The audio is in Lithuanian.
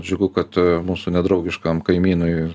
džiugu kad mūsų nedraugiškam kaimynui